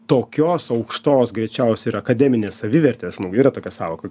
tokios aukštos greičiausia yra akademinės savivertės nu yra tokia sąvoka